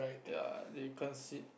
ya they can't sit